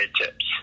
Tips